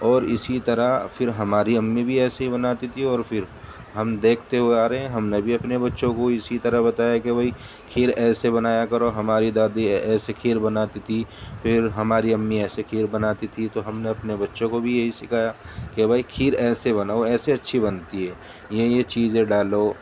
اور اسی طرح پھر ہماری امی بھی ایسے بناتی تھی پھر ہم دیکھتے ہوئے آ رہے ہیں ہم نے بھی اپنے بچوں کو اسی طرح بتایا کہ بھئی کھیر ایسے بنایا کرو ہماری دادی ایسے کھیر بناتی تھی پھر ہماری امی ایسے کھیر بناتی تھی تو ہم نے اپنے بچوں کو بھی یہی سکھایا کہ بھئی کھیر ایسے بناؤ ایسے اچھی بنتی ہے یہ یہ چیزیں ڈالو